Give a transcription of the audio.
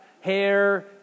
hair